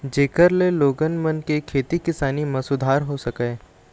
जेखर ले लोगन मन के खेती किसानी म सुधार हो सकय